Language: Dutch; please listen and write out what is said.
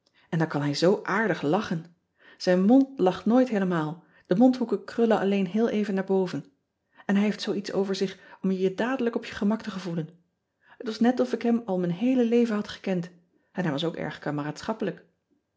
n dan kan hij zoo aardig lachen ijn mood lacht nooit heelemaal de mondhoeken krullen alleen heel even naar boven n hij heeft zoo iets over zich om je je dadelijk op je gemak te gevoelen et was net of ik hem al mijn heele leven had gekend en hij was ook erg